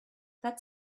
that